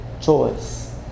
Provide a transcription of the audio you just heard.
choice